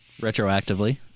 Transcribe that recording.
retroactively